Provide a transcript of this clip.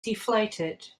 deflated